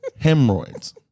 hemorrhoids